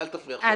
אל תפריע עכשיו.